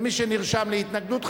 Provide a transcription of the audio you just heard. ומי שנרשם להתנגדות,